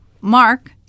Mark